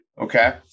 okay